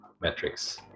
metrics